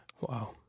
Wow